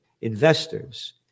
investors